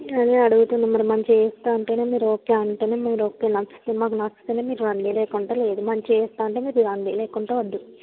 అదే అడుగుతుంది మరి మంచిగా చేస్తాను అంటే మీరు ఓకే అంటే మీరు ఓకే నాకు ఇష్ట నాకు ఇష్టమే మీరు రండి లేకుంటే లేదు మంచిగా చేస్తాను అంటే మీరు రండి లేకుంటే వద్దు